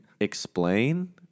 explain